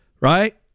Right